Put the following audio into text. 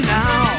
now